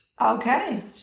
Okay